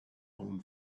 own